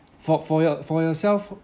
for for your for yourself